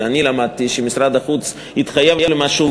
שאני למדתי שמשרד החוץ התחייב למשהו,